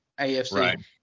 AFC